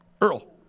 Earl